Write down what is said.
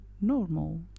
normal